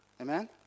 Amen